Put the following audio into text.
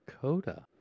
Coda